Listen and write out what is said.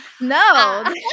No